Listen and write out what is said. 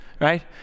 right